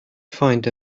find